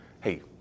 hey